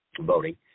voting